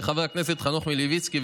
חבר הכנסת חנוך מלביצקי,